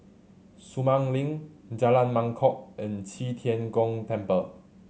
Sumang Link Jalan Mangkok and Qi Tian Gong Temple